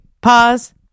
Pause